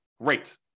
great